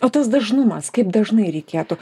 o tas dažnumas kaip dažnai reikėtų